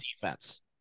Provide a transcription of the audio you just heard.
defense